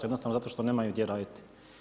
Jednostavno zato što nemaju gdje raditi.